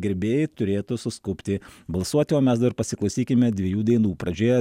gerbėjai turėtų suskubti balsuoti o mes dar pasiklausykime dviejų dainų pradžioje